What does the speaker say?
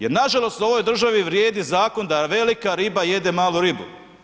Jer nažalost, u ovoj državi vrijedi zakon da velika riba jede malu ribu.